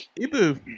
Ibu